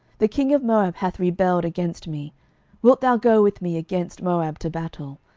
the king of moab hath rebelled against me wilt thou go with me against moab to battle?